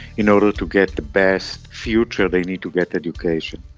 in order to get the best future, they need to get education.